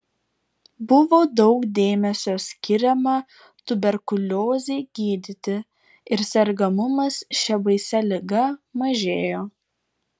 buvo daug dėmesio skiriama tuberkuliozei gydyti ir sergamumas šia baisia liga mažėjo